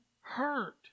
hurt